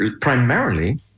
primarily